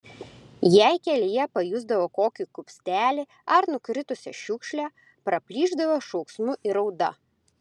jei kelyje pajusdavo kokį kupstelį ar nukritusią šiukšlę praplyšdavo šauksmu ir rauda